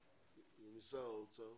ומשר האוצר